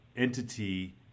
Entity